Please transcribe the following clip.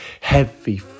heavy